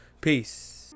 Peace